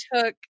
took